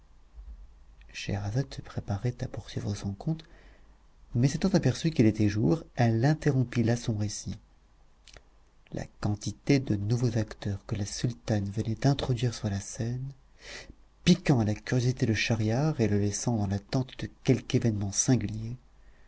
scheherazade se préparait à poursuivre son conte mais s'étant aperçue qu'il était jour elle interrompit là son récit la quantité de nouveaux acteurs que la sultane venait d'introduire sur la scène piquant la curiosité de schahriar et le laissant dans l'attente de quelque événement singulier